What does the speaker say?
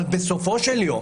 אבל בסופו של יום,